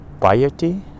piety